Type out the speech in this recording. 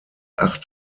acht